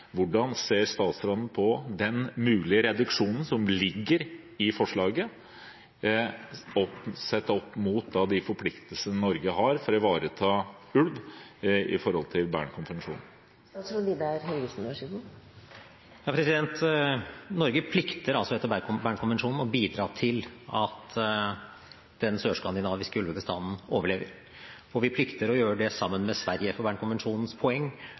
Hvordan ser statsråden på den mulige reduksjonen som ligger i forslaget, sett opp mot de forpliktelsene Norge har for å ivareta ulv etter Bern-konvensjonen? Norge plikter etter Bern-konvensjonen å bidra til at den sørskandinaviske ulvebestanden overlever. Og vi plikter å gjøre det sammen med Sverige, for Bern-konvensjonens poeng